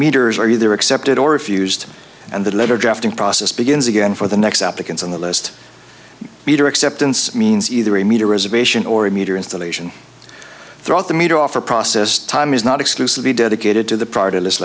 meters are either accepted or refused and the letter drafting process begins again for the next applicants on the list meter acceptance means either a meter reservation or a meter installation throughout the meter offer process time is not exclusively dedicated to the p